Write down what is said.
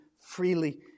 Freely